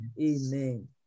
Amen